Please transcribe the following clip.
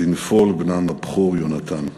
בנפול בנם הבכור יונתן.